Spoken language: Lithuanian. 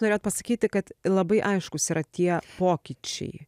norėjot pasakyti kad labai aiškūs yra tie pokyčiai